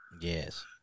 Yes